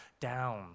down